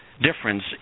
difference